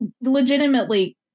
legitimately